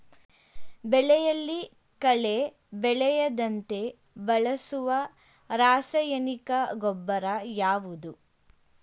ಬೆಳೆಯಲ್ಲಿ ಕಳೆ ಬೆಳೆಯದಂತೆ ಬಳಸುವ ರಾಸಾಯನಿಕ ಗೊಬ್ಬರ ಯಾವುದು?